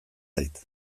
zait